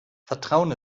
vertrauen